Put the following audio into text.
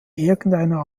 irgendeiner